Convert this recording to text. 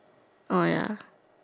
oh ya